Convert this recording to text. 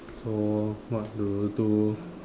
so what do you do